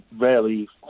rarely